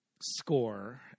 score